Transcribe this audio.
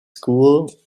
school